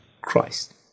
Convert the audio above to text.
Christ